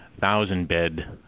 thousand-bed